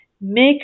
make